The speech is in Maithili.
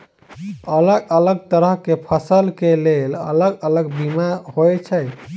अलग अलग तरह केँ फसल केँ लेल अलग अलग बीमा होइ छै?